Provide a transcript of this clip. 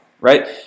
right